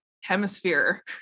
hemisphere